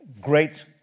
great